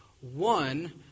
One